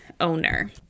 owner